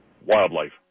wildlife